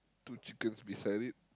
two chickens beside it